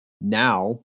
now